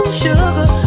sugar